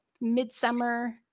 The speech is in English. midsummer